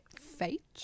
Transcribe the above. fate